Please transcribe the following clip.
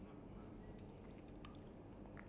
I also don't have any sweet ah